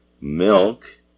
milk